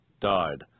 died